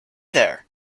there